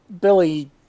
Billy